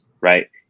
right